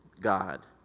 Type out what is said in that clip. God